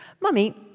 Mummy